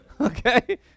Okay